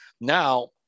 now